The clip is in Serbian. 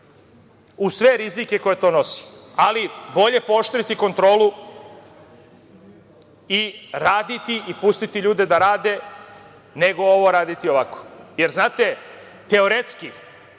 uz sve rizike koje to nosi. Ali, bolje pooštriti kontrolu i raditi i pustiti ljude da rade nego ovo raditi ovako. Jer, znate, teoretski,